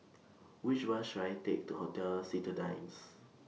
Which Bus should I Take to Hotel Citadines